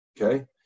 Okay